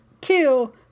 Two